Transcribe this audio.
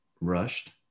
rushed